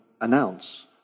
announce